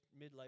midlife